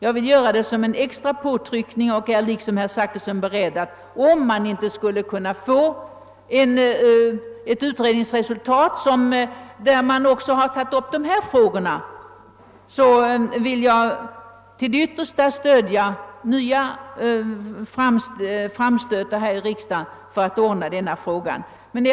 Jag vill göra detta som en extra påtryckning och är liksom herr Zachrisson beredd att, för den händelse det visar sig att utredningsresultatet inte innefattar förslag i dessa frågor, till det yttersta stödja nya framstötar här i riksdagen för att lösa detta spörsmål.